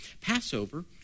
Passover